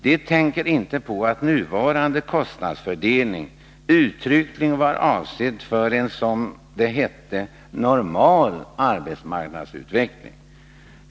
De tänker inte på att nuvarande kostnadsfördelning uttryckligen var avsedd för en, som det hette, normal arbetsmarknadsutveckling.